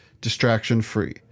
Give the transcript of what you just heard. distraction-free